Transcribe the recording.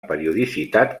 periodicitat